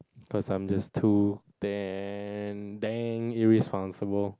cause I'm just too damn damn irresponsible